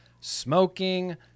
smoking